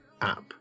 app